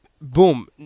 Boom